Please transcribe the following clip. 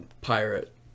pirate